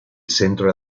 centro